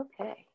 Okay